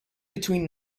between